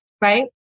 right